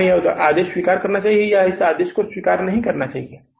क्या हमें आदेश स्वीकार करना चाहिए या हमें आदेश स्वीकार नहीं करना चाहिए